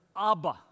Abba